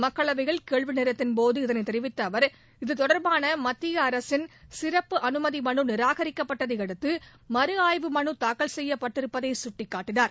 மக்களவையில் கேள்வி நேரத்தின்போது இதனைத் தெிவித்த அவர் இதுதொடர்பான மத்திய அரசின் சிறப்பு அனுமதி மனு நிராகிக்கப்பட்டதை அடுத்து மறுஆய்வு மனு தாக்கல் செய்யப்பட்டிருப்பதை சுட்டிக்காட்டினாா